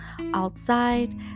outside